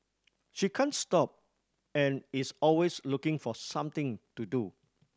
she can't stop and is always looking for something to do